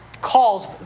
calls